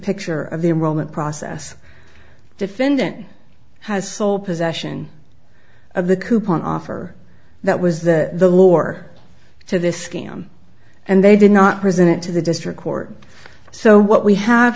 picture of the roman process defendant has sole possession of the coupon offer that was that the war to this scam and they did not present it to the district court so what we have